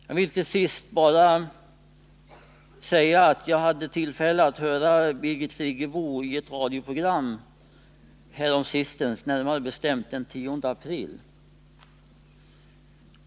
Jag vill slutligen bara säga att jag hade tillfälle att höra Birgit Friggebo i ett radioprogram häromsistens, närmare bestämt den 10 april.